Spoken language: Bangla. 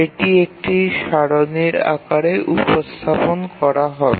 এটি একটি সারণির আকারে উপস্থাপন করা হবে